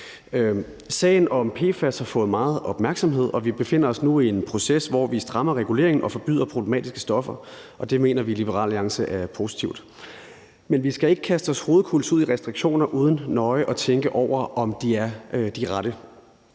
Sagen om PFAS har fået meget opmærksomhed, og vi befinder os nu i en proces, hvor vi strammer reguleringen og forbyder problematiske stoffer, og det mener vi i Liberal Alliance er positivt. Men vi skal ikke kaste os hovedkulds ud i restriktioner uden nøje at tænke over, om de er de rette.